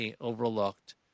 overlooked